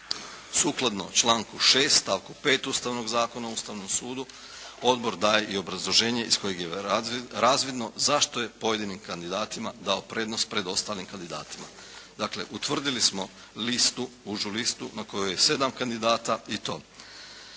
Sukladno članku 6. stavku 5. Ustavnog zakona o Ustavnom sudu odbor daje i obrazloženje iz kojeg je razvidno zašto je pojedinim kandidatima dao prednost pred ostalim kandidatima. Dakle, utvrdili smo listu, užu listu na kojoj je sedam kandidata i to: